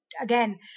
again